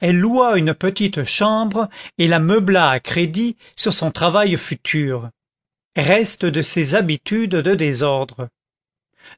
elle loua une petite chambre et la meubla à crédit sur son travail futur reste de ses habitudes de désordre